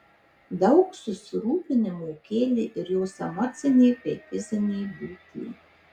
daug susirūpinimo kėlė ir jos emocinė bei fizinė būklė